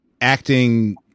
acting